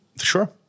Sure